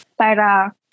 para